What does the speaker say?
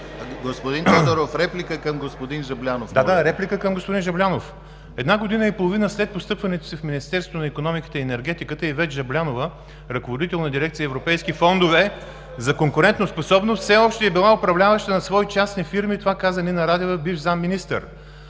Господин Тодоров, реплика към господин Жаблянов. АНТОН ТОДОРОВ: Да, реплика към господин Жаблянов. Една година и половина след постъпването си в Министерството на икономиката и енергетиката Ивет Жаблянова – ръководител на Дирекция „Европейски фондове за конкурентоспособност“, все още е била управляваща на свои частни фирми. Това каза Нина Радева, бивш заместник-министър.